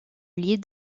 lier